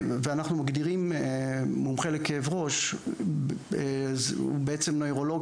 ואנחנו מגדירים מומחה לכאב ראש הוא בעצם נוירולוג